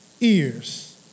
ears